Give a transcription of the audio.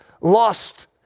lost